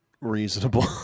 reasonable